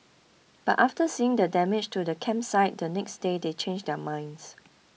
but after seeing the damage to the campsite the next day they changed their minds